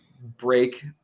break